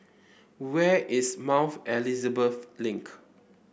where is Mount Elizabeth Link